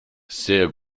sehr